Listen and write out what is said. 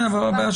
נכון.